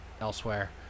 elsewhere